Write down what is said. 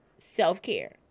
Self-care